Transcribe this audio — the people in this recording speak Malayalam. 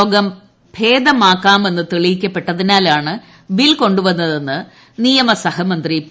രോഗം ഭേദമാക്കാമെന്നു തെളിയിക്കപ്പെട്ടതിനാലാണ് ബിൽ കൊണ്ടു്പ്പന്നതെന്ന് നിയമ സഹമന്ത്രി പി